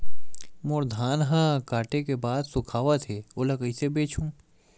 मोर धान ह काटे के बाद सुखावत हे ओला कइसे बेचहु?